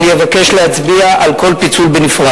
ואם לא תהיינה הסתייגויות אני אבקש להצביע על כל פיצול בנפרד.